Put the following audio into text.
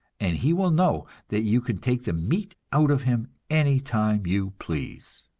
and he will know that you can take the meat out of him any time you please.